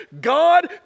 God